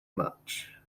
much